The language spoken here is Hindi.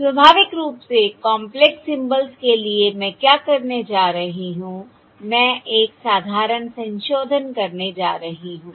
स्वाभाविक रूप से कॉंपलेक्स सिम्बल्स के लिए मैं क्या करने जा रही हूं मैं एक साधारण संशोधन करने जा रही हूं